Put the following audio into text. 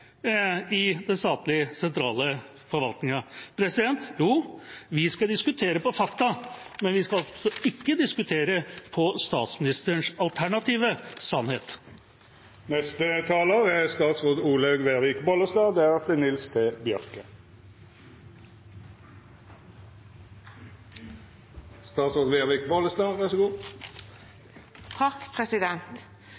i den statlige, sentrale forvaltningen. Ja, vi skal diskutere basert på fakta, men vi skal ikke diskutere basert på statsministerens alternative sannhet.